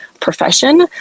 profession